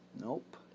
Nope